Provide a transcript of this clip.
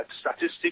statistics